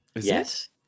Yes